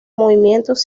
movimientos